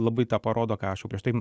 labai tą parodo ką aš prieš tai